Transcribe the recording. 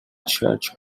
church